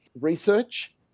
research